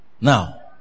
Now